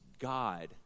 God